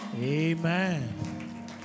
Amen